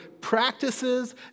practices